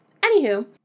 Anywho